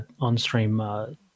on-stream